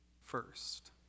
first